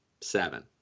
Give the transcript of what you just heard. seven